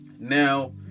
Now